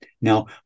Now